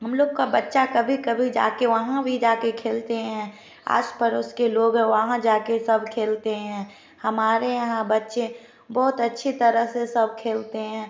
हम लोग का बच्चा कभी कभी जाके वहाँ भी जा के खेलते है आस पड़ोस के लोग है वहाँ जा के सब खेलते हैं हमारे यहाँ बच्चे बहुत अच्छे तरह से खेलते हैं